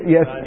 Yes